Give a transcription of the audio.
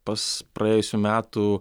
pas praėjusių metų